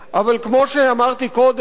אבל כמו שאמרתי קודם,